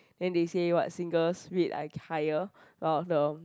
then they say what singles read I hire